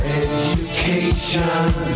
education